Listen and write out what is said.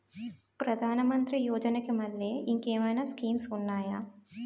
ప్రధాన మంత్రి యోజన కి మల్లె ఇంకేమైనా స్కీమ్స్ ఉన్నాయా?